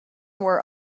were